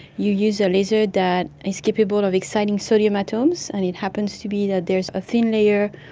you use a laser that is capable of exciting sodium atoms and it happens to be that there is a thin layer,